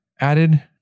added